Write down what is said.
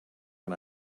can